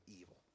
evil